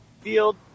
Field